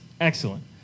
excellent